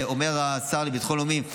אומר השר לביטחון לאומי,